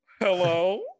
Hello